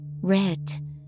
red